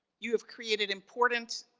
you have created important,